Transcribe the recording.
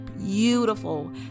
beautiful